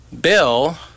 Bill